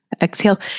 exhale